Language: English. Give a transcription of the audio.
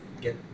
get